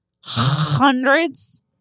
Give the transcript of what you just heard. hundreds